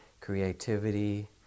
creativity